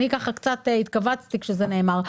אני ככה קצת התכווצתי כשזה נאמר.